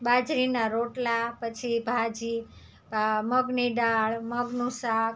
બાજરીના રોટલા પછી ભાજી મગની દાળ મગનું શાક